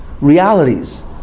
realities